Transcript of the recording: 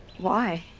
why?